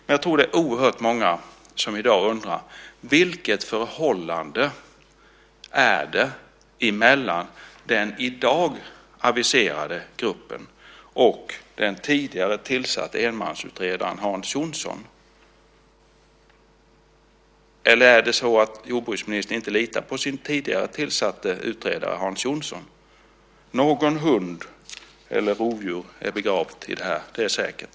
Men jag tror att det är oerhört många som i dag undrar: Vilket förhållande är det mellan den i dag aviserade gruppen och den tidigare tillsatte enmansutredaren Hans Jonsson? Det skulle vara otroligt intressant att få veta. Eller litar inte jordbruksministern på sin tidigare tillsatte utredare Hans Jonsson? Någon hund - eller något rovdjur - är begravd i detta. Det är säkert.